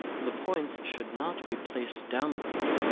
the points should not be placed downwards,